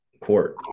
court